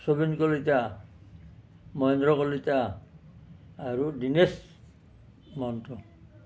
চবিন কলিতা মহেন্দ্ৰ কলিতা আৰু দীনেশ মহন্ত